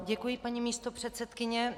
Děkuji, paní místopředsedkyně.